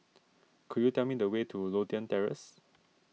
could you tell me the way to Lothian Terrace